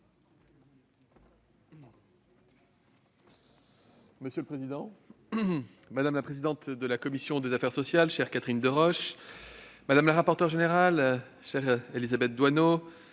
Monsieur le président, madame la présidente de la commission des affaires sociales, chère Catherine Deroche, madame la rapporteure générale, chère Élisabeth Doineau,